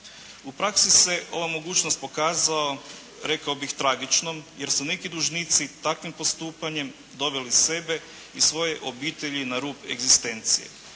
U praksi se ova mogućnost pokazao, rekao bih tragičnom jer su neki dužnici takvim postupanjem doveli sebe i svoje obitelji na rub egzistencije.